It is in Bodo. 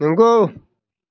नोंगौ